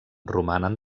romanen